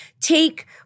take